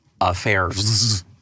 Affairs